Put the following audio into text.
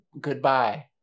goodbye